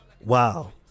Wow